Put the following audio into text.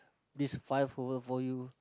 this five over for you